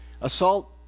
assault